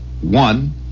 one